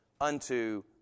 unto